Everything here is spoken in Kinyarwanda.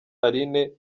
aline